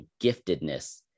giftedness